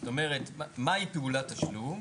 זאת אומרת, מהי פעולת תשלום?